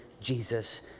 Jesus